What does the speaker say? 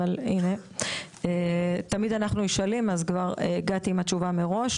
אבל תמיד אנחנו נשאלים אז הגעתי עם התשובה מראש.